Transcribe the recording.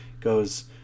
goes